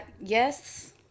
Yes